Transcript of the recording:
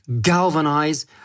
galvanize